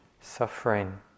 suffering